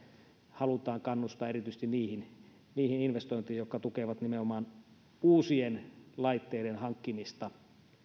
halutaan kannustaa erityisesti niihin niihin investointeihin jotka tukevat nimenomaan uusien laitteiden hankkimista